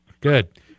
good